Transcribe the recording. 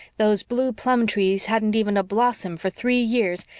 those blue plum trees hadn't even a blossom for three years,